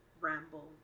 ramble